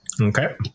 Okay